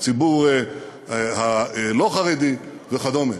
הציבור הלא-חרדי וכדומה.